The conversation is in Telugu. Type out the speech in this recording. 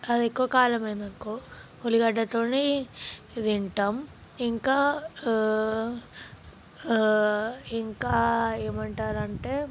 అది ఎక్కువ కారం అయిందనుకో ఉల్లిగడ్డతోనే తింటాము ఇంకా ఇంకా ఏమంటారు అంటే